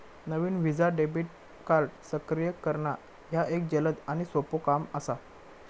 नवीन visa debit card सक्रिय करणा ह्या एक जलद आणि सोपो काम असा